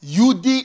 UD